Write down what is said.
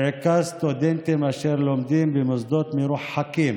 ובעיקר סטודנטים שלומדים במוסדות מרוחקים